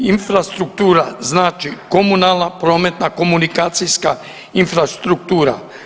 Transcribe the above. Infrastruktura znači komunalna, prometna, komunikacijska infrastruktura.